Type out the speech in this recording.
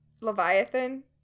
Leviathan